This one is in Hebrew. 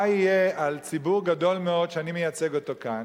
מה יהיה על ציבור גדול מאוד, שאני מייצג אותו כאן,